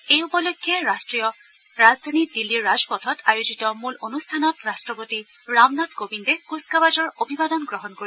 এই উপলক্ষে ৰাষ্ট্ৰীয় ৰাজধানী দিল্লীৰ ৰাজপথত আয়োজিত মূল অনুষ্ঠানত ৰাষ্ট্ৰপতি ৰামনাথ কোবিন্দে কুচকাৱাজৰ অভিবাদন গ্ৰহণ কৰিব